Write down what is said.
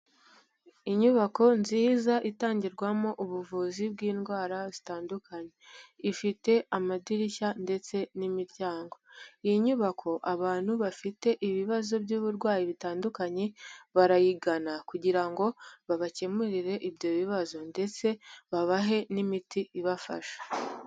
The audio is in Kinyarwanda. Inyubako nziza itangirwamo ubuvuzi bw'indwara zitandukanye, ifite amadirishya ndetse n'imiryango. Iyi nyubako abantu bafite ibibazo by'uburwayi bitandukanye, barayigana kugira ngo babakemurire ibyo bibazo ndetse babahe n'imiti ibafasha.